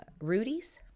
Rudy's